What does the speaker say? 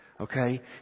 okay